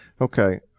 okay